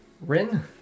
Rin